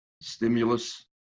stimulus